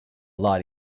lot